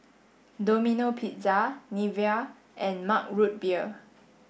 Domino Pizza Nivea and Mug Root Beer